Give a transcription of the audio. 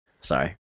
Sorry